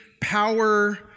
power